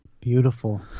beautiful